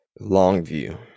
Longview